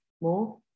more